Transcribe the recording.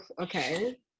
Okay